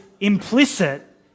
implicit